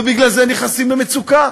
ובגלל זה נכנסים למצוקה